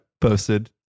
posted